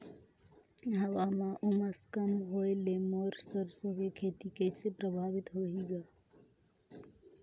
हवा म उमस कम होए ले मोर सरसो के खेती कइसे प्रभावित होही ग?